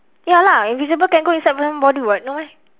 ya lah invisible can go inside someone body [what] no meh